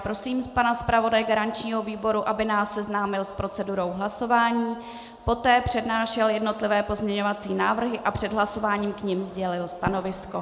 Prosím pana zpravodaje garančního výboru, aby nás seznámil s procedurou hlasování, poté přednášel jednotlivé pozměňovací návrhy a před hlasováním k nim sdělil stanovisko.